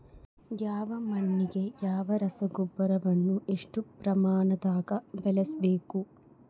ಯಾವ ಮಣ್ಣಿಗೆ ಯಾವ ರಸಗೊಬ್ಬರವನ್ನು ಎಷ್ಟು ಪ್ರಮಾಣದಾಗ ಬಳಸ್ಬೇಕು?